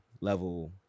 level